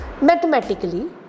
Mathematically